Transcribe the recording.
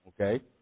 Okay